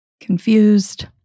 confused